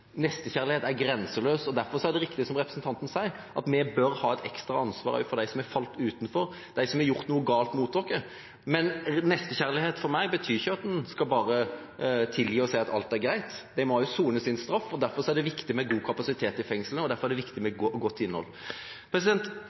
Nestekjærlighet er grenseløs, og derfor er det riktig, som representanten sier, at vi bør ha et ekstra ansvar også for dem som er falt utenfor – dem som har gjort noe galt mot oss. Men nestekjærlighet betyr for meg ikke at man bare skal tilgi og si at alt er greit. De må sone sin straff, og derfor er det viktig med god kapasitet i fengslene, og derfor er det viktig med godt innhold.